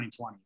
2020